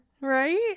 Right